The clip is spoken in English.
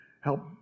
help